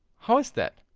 how is that?